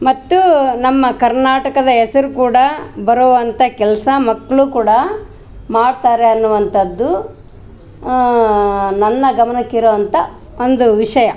ಮತ್ತು ನಮ್ಮ ಕರ್ನಾಟಕದ ಹೆಸ್ರು ಕೂಡ ಬರೋವಂಥ ಕೆಲಸ ಮಕ್ಕಳು ಕೂಡ ಮಾಡ್ತಾರೆ ಅನ್ನುವಂಥದ್ದು ನನ್ನ ಗಮನಕ್ಕಿರುವಂಥ ಒಂದು ವಿಷಯ